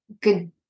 good